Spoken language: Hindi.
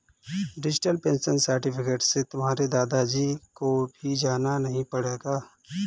डिजिटल पेंशन सर्टिफिकेट से तुम्हारे दादा जी को भी जाना नहीं पड़ेगा